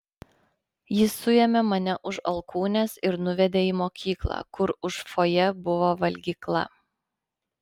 jis suėmė mane už alkūnės ir nuvedė į mokyklą kur už fojė buvo valgykla